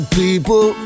people